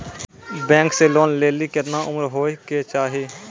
Bank से loan लेली केतना उम्र होय केचाही?